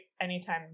anytime